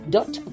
Dot